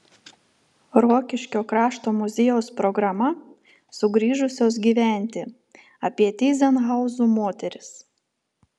rokiškio krašto muziejaus programa sugrįžusios gyventi apie tyzenhauzų moteris